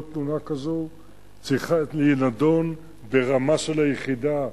כל תלונה כזאת צריכה להידון ברמה של היחידה,